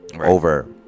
over